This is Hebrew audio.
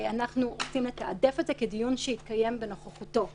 אנחנו רוצים לתעדף את זה כדיון שיתקיים בנוכחותו הפיזית.